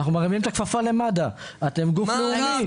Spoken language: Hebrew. אנחנו מרימים את הכפפה למד"א, אתם גוף לאומי.